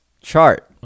chart